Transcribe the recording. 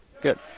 Good